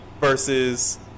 versus